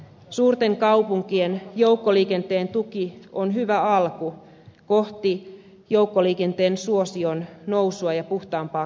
suurten kaupunkien joukkoliikenteen tuki on hyvä alku kohti joukkoliikenteen suosion nousua ja puhtaampaa kaupunki ilmaa